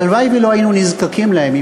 הלוואי שלא היינו נזקקים להם.